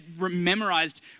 memorized